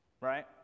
Right